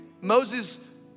Moses